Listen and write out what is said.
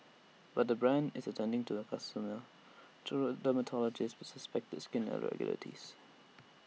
but the brand is attending to A consumer through A dermatologist with suspected skin irregularities